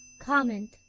comment